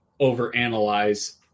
overanalyze